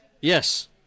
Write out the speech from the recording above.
Yes